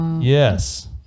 Yes